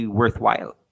worthwhile